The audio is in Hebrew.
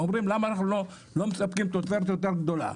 אומרים למה אנחנו לא מספקים תוצרת יותר גדולה,